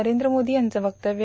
नरेंद्र मोदी यांचं वक्तव्य